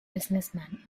businessman